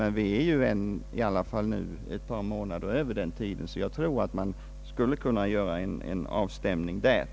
Men vi befinner oss i alla fall ett par månader efter skördetiden, och jag tror att en avstämning där nu skulle kunna göras.